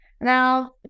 Now